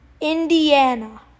Indiana